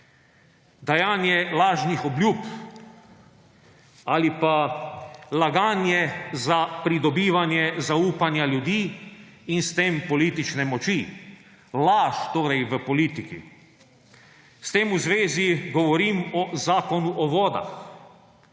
dajanje lažni obljub ali pa laganje za pridobivanje zaupanja ljudi in s tem politične moči, laž torej v politiki. S tem v zvezi govorim o Zakonu o vodah.